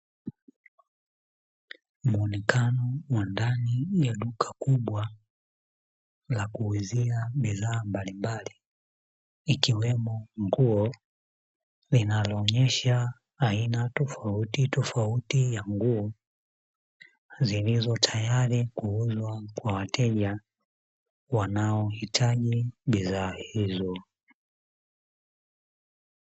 Muonekano wa ndani ya duka kubwa la kuuzia bidhaa mbalimbali, ikiwemo nguo, linaloonesha aina tofauti tofauti za nguo zilizo tayari kuuzwa kwa wateja wanaohitaji bidhaa hizo.